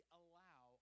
allow